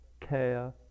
care